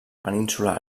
península